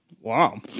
Wow